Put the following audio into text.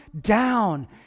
down